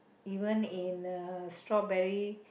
even in a strawberry